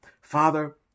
Father